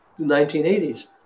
1980s